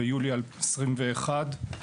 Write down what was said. ביולי 2021,